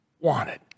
wanted